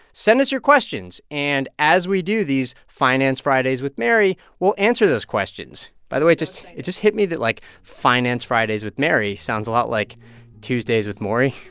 send us your questions. and as we do these finance fridays with mary, we'll answer those questions. by the way, just it just hit me that, like, finance fridays with mary sounds a lot like tuesdays with morrie,